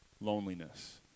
loneliness